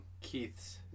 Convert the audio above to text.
Keith's